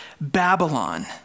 Babylon